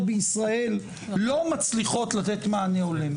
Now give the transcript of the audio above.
בישראל לא מצליחות לתת מענה הולם.